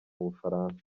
bufaransa